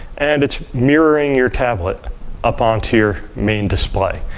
and it's mirroring your tablet up onto your main display.